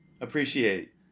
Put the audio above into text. appreciate